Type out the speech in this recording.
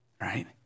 right